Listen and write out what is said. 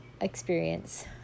experience